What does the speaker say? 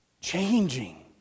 changing